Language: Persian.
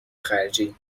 خرجی